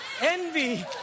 envy